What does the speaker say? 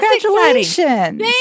congratulations